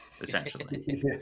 essentially